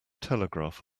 telegraph